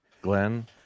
Glenn